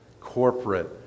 Corporate